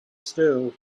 still